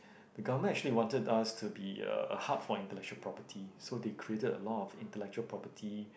the government actually wanted us to be a hub for intellectual property so they created a lot of intellectual property